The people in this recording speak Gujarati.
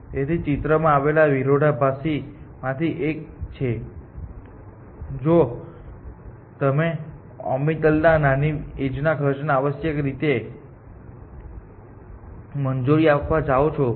તેથી ચિત્રમાં આવેલા વિરોધાભાસોમાંથી 1 છે અને જો તમે ઓર્બિટલના નાની એજના ખર્ચને આવશ્યક રીતે મંજૂરી આપવા જાઓ તો આવું જ કંઈક થશે